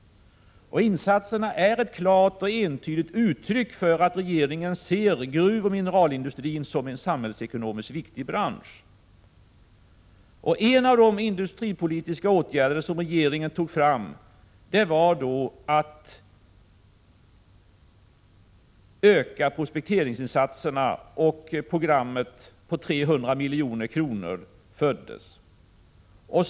Insatserna är ett klart och entydigt uttryck för att regeringen ser gruvoch mineralindustrin som en samhällsekonomiskt viktig bransch. En av de industripolitiska åtgärder som regeringen prioriterade var att öka prospekteringsinsatserna, och programmet härför tillfördes 300 milj.kr.